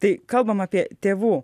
tai kalbam apie tėvų